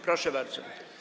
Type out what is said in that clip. Proszę bardzo.